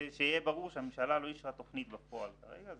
שיהיה ברור שהממשלה לא אישרה תוכנית בפועל כרגע.